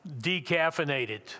decaffeinated